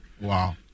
Wow